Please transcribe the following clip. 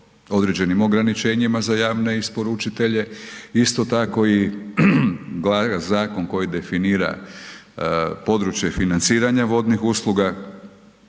određenim ograničenjima za javne isporučitelje. Isto tako i zakon koji definira područje financiranja vodnih usluga